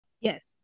Yes